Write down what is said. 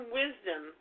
wisdom